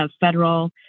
federal